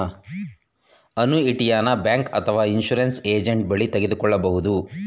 ಅನುಯಿಟಿಯನ bank ಅಥವಾ insurance agent ಬಳಿ ತೆಗೆದುಕೊಳ್ಳಬಹುದು